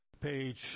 page